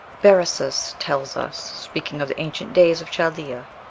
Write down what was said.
berosus tells us, speaking of the ancient days of chaldea,